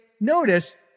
notice